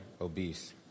obese